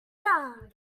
alaska